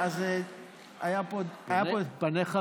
פניך מאירות.